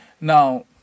now